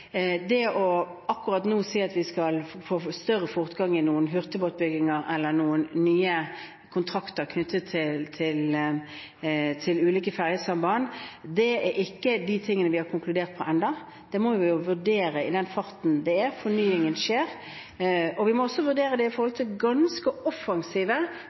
vi skal få mer fortgang i noen hurtigbåtbygginger eller i noen nye kontrakter knyttet til ulike fergesamband, er ikke blant de tingene der vi har konkludert. Det må vi vurdere ut fra den farten fornyingen skjer i. Vi må også vurdere dette i forhold til ganske offensive